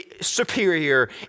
superior